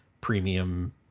premium